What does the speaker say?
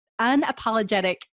unapologetic